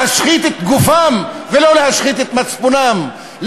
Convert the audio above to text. להשחית את גופם ולא להשחית את מצפונם,